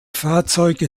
fahrzeuge